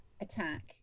attack